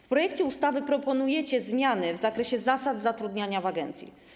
W projekcie ustawy proponujecie zmiany w zakresie zasad zatrudniania w agencji.